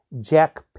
Jack